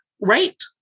Right